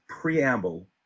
preamble